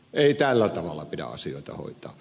ei tällä tavalla pidä asioita hoitaa